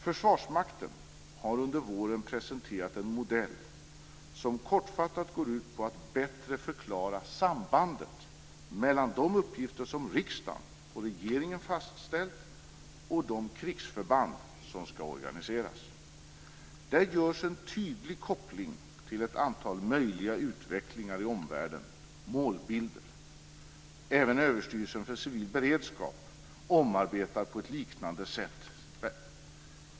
Försvarsmakten har under våren presenterat en modell som kortfattat går ut på att bättre förklara sambandet mellan de uppgifter som riksdagen och regeringen fastställt och de krigsförband som skall organiseras. Där görs en tydlig koppling till ett antal möjliga utvecklingar i omvärlden - målbilder. Även Överstyrelsen för civil beredskap omarbetar på ett liknande sätt.